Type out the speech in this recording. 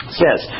says